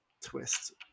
twist